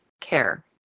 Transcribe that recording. care